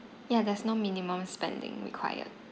ya there's no minimum spending required